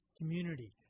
community